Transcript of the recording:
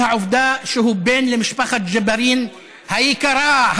העובדה שהוא בן למשפחת ג'בארין היקרה,